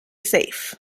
safe